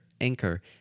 Anchor